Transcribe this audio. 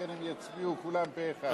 לכן כולם יצביעו פה-אחד.